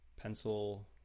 pencil